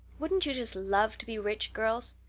wouldn't you just love to be rich, girls?